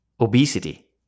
obesity